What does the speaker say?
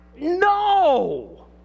no